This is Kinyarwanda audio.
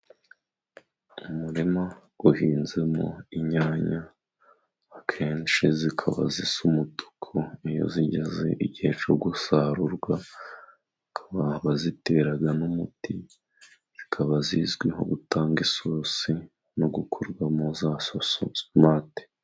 Umurima uhinzemo inyanya akenshi zikaba zisa umutuku iyo zigeze igihe cyo gusarurwa, bakaba bazitera n'umuti zikaba zizwiho gutanga isosi no gukorwamo za sositomate.